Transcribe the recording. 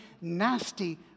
nasty